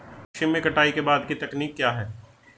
कृषि में कटाई के बाद की तकनीक क्या है?